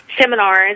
seminars